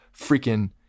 freaking